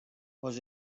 was